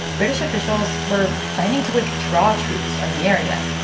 british officials were planning to withdraw troops from the area.